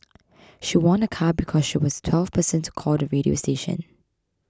she won a car because she was the twelfth person to call the radio station